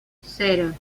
cero